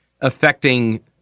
affecting